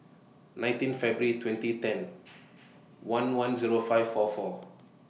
nineteen February twenty ten one one Zero five four four